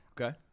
Okay